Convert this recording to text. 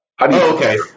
Okay